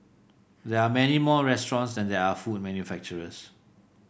there are many more restaurants than there are food manufacturers